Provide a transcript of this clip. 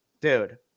Dude